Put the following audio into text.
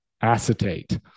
acetate